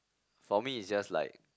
for me it's just like